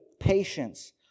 patience